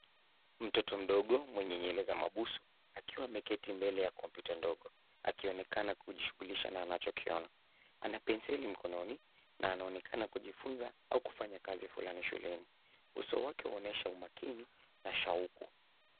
Mtoto mdogo mwenye nywele za mabusu akiwa ameketi mbele ya kompyuta ndogo akionekana kujishughulisha na anachokiona. Ana penseli mkononi na anaonekana kujifunza au kufanya kazi fulani shuleni. Uso wake uonyesha umakini na shauku.